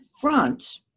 front